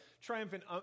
triumphant